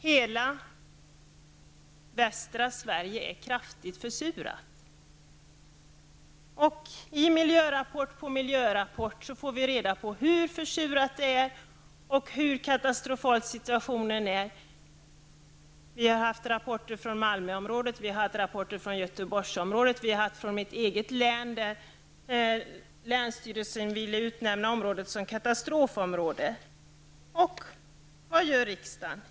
Hela västra Sverige är kraftigt försurat, och vi får i miljörapport efter miljörapport reda på hur försurat det är och hur katastrofal situationen är. Vi har fått rapporter från Malmöområdet, Göteborgsområdet och även från mitt eget län, där länsstyrelsen vill utnämna området till katastrofområde. Vad gör riksdagen?